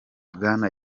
bwana